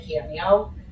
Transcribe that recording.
Cameo